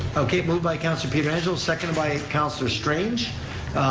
okay, moved by councilor pietrangelo, seconded by councilor strange.